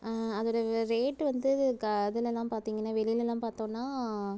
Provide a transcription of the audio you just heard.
அதோடய ரேட் வந்து இதுலல்லாம் பார்த்தீங்கன்னா வெளியிலலாம் பார்த்தோம்னா